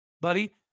Buddy